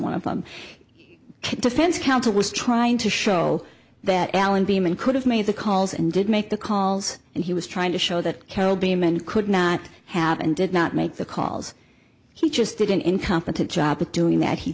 one of them defense counsel was trying to show that alan beeman could have made the calls and did make the calls and he was trying to show that kobe a man could not have and did not make the calls he just did an incompetent job at doing that he